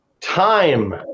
time